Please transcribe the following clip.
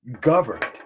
governed